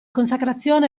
consacrazione